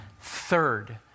third